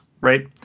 right